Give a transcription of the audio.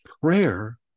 Prayer